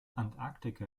antarktika